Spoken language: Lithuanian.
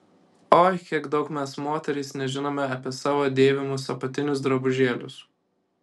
oi kiek daug mes moterys nežinome apie savo dėvimus apatinius drabužėlius